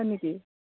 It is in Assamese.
হয় নেকি